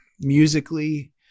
musically